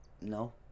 No